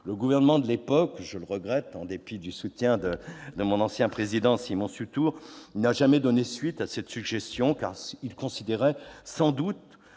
Le gouvernement de l'époque, en dépit du soutien de mon ancien président de commission Simon Sutour, n'a jamais donné suite à cette suggestion, car il considérait sans doute